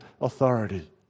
authority